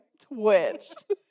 twitched